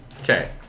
Okay